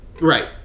Right